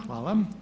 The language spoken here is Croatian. Hvala.